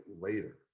later